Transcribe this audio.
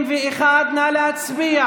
21. נא להצביע.